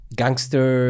gangster